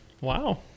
Wow